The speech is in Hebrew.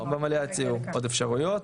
במליאה הציעו עוד אפשרויות,